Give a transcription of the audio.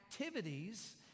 activities